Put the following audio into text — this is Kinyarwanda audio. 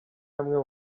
amwe